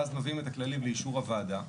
ואז מביאים את הכללים לאישור הוועדה,